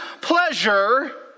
pleasure